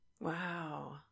Wow